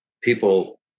people